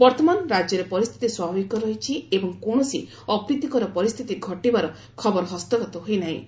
ବର୍ତ୍ତମାନ ରାଜ୍ୟରେ ପରିସ୍ଥିତି ସ୍ୱାଭାବିକ ରହିଛି ଏବଂ କୌଣସି ଅପ୍ରୀତିକର ପରିସ୍ଥିତି ଘଟିବାର ଖବର ହସ୍ତଗତ ହୋଇନାହିଁ